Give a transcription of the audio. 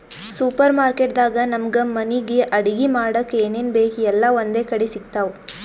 super market ದಾಗ್ ನಮ್ಗ್ ಮನಿಗ್ ಅಡಗಿ ಮಾಡಕ್ಕ್ ಏನೇನ್ ಬೇಕ್ ಎಲ್ಲಾ ಒಂದೇ ಕಡಿ ಸಿಗ್ತಾವ್